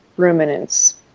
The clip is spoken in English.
ruminants